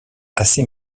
assez